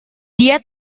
dia